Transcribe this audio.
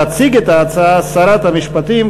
תציג את ההצעה שרת המשפטים,